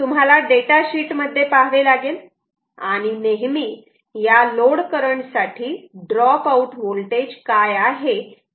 तुम्हाला data sheet मध्ये पहावे लागेल आणि नेहमी या लोड करंट साठी ड्रॉप आऊट होल्टेज काय आहे हे शोधावे लागेल